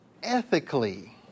ethically